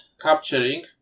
capturing